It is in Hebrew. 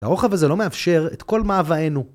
‫והרוחב הזה לא מאפשר ‫את כל מאוויינו.